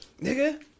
nigga